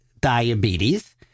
diabetes